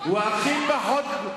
הוא הכי פחות פוגע?